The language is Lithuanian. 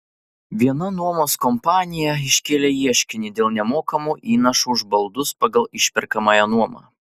viena nuomos kompanija iškėlė ieškinį dėl nemokamų įnašų už baldus pagal išperkamąją nuomą